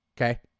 okay